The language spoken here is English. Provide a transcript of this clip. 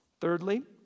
Thirdly